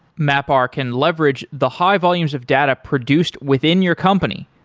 mapr can leverage the high volumes of data produced within your company.